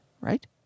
right